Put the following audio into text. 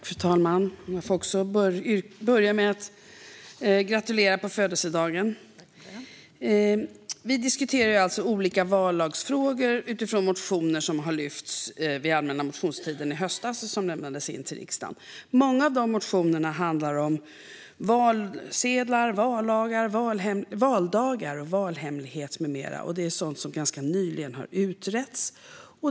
Fru talman! Jag får börja med att gratulera fru talmannen på födelsedagen! Vi diskuterar olika vallagsfrågor som har lyfts fram i motioner som lämnades in till riksdagen under allmänna motionstiden i höstas. Många av de motionerna handlar om valsedlar, valdagar, valhemlighet med mera. Det är sådant som ganska nyligen har utretts.